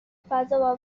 فضا